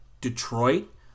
Detroit